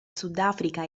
sudafrica